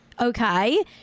okay